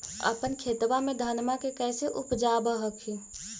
अपने खेतबा मे धन्मा के कैसे उपजाब हखिन?